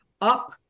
up